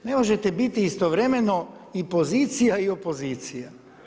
Ne možete biti istovremeno i pozicija i opozicija.